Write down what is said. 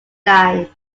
line